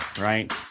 right